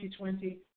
2020